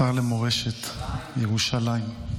שר למורשת ירושלים.